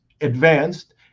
advanced